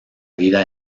vida